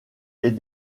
est